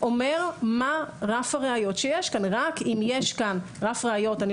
רק אם יש כאן רף ראיות אבל אני